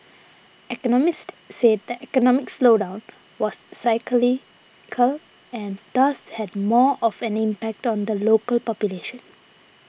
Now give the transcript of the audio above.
economists said that economic slowdown was cyclical and thus had more of an impact on the local population